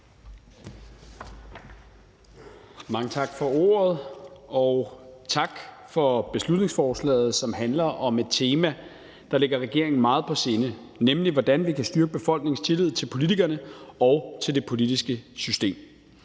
Mange tak for ordet, og tak for beslutningsforslaget, som handler om et tema, der ligger regeringen meget på sinde, nemlig hvordan vi kan styrke befolkningens tillid til politikerne og til det politiske system.